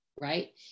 right